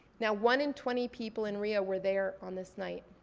now one in twenty people in rio were there on this night.